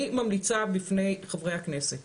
אני ממליצה בפני חברי הכנסת